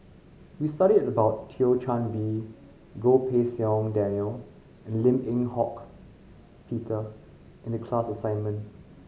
we studied about Thio Chan Bee Goh Pei Siong Daniel and Lim Eng Hock Peter in the class assignment